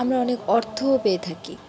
আমরা অনেক অর্থও পেয়ে থাকি